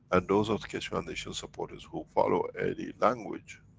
and those of the keshe foundation supporters who follow any language,